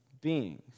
beings